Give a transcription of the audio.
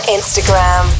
Instagram